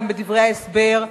גם בדברי ההסבר,